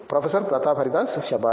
professor Pratap Haridas శభాష్